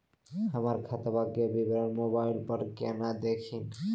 हमर खतवा के विवरण मोबाईल पर केना देखिन?